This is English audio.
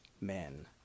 men